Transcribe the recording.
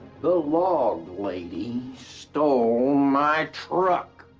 the log lady stole my truck!